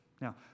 Now